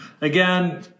again